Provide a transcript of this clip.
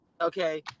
Okay